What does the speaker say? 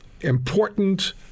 Important